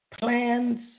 Plans